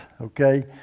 okay